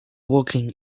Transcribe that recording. walking